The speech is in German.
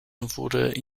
wurde